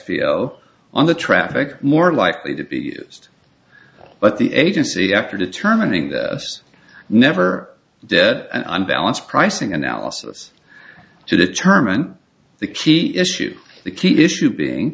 o on the traffic more likely to be used but the agency after determining the us never dead unbalanced pricing analysis to determine the key issue the key issue being